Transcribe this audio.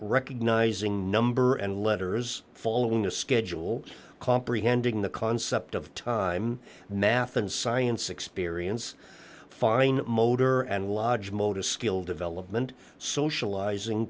recognizing number and letters following a schedule comprehending the concept of time math and science experience fine motor and logic motor skill development socializing